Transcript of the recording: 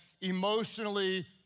emotionally